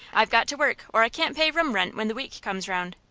i've got to work, or i can't pay room rent when the week comes round.